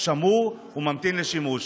במגרשי הספורט במדינת ישראל.